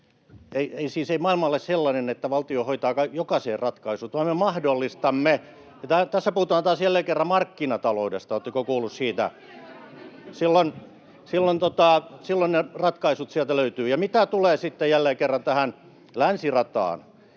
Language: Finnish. ei maailma ole sellainen, että valtio hoitaa jokaiseen ratkaisut, vaan me mahdollistamme. Tässä puhutaan taas jälleen kerran markkinataloudesta, oletteko kuulleet siitä? [Ben Zyskowicz: On kepun maailma sellainen! — Välihuutoja]